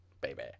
baby